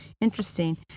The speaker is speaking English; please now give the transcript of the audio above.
Interesting